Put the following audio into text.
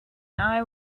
eye